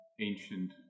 ancient